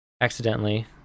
accidentally